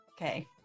okay